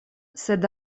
sed